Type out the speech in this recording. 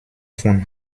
von